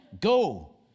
Go